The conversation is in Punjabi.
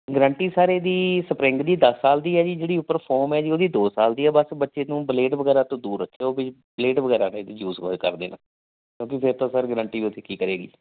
ਗਰੰਟੀ ਸਰ ਇਹਦੀ ਸਪਰਿੰਗ ਦੀ ਦਸ ਸਾਲ ਦੀ ਹੈ ਜੀ ਜਿਹੜੀ ਉੱਪਰ ਫੋਮ ਐ ਜੀ ਉਹਦੀ ਦੋ ਸਾਲ ਦੀ ਆ ਬਸ ਬੱਚੇ ਨੂੰ ਬਲੇਡ ਵਗੈਰਾ ਤੋਂ ਦੂਰ ਰੱਖਿਓ ਵੀ ਬਲੇਡ ਵਗੈਰਾ ਕਈ ਯੂਸ ਹੋਏ ਕਰਦੇ ਨਾ ਕਿਉਂਕਿ ਫੇਰ ਤਾਂ ਸਰ ਗਰੰਟੀ ਉਹਦੀ ਕੀ ਕਰੇਗੀ